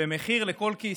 במחיר לכל כיס.